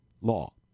law